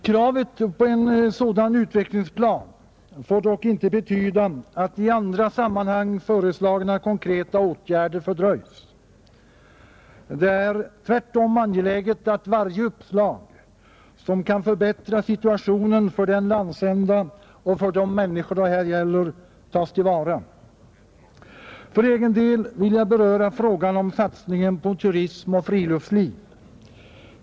Kravet på en sådan utvecklingsplan får dock inte betyda att i andra sammanhang föreslagna konkreta åtgärder fördröjs. Det är tvärtom angeläget att varje uppslag som kan förbättra situationen för den landsända och för de människor det gäller tas till vara, För egen del vill jag beröra frågan om satsningen på turism och friluftsliv.